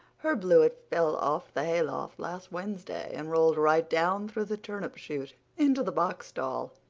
herb blewett fell off the hayloft last wednesday, and rolled right down through the turnip chute into the box stall,